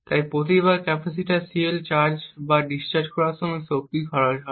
তাই প্রতিবার capacitor CL হয় চার্জ বা ডিসচার্জ করার সময় শক্তি খরচ হয়